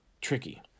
tricky